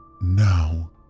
Now